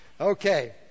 Okay